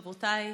חברותיי,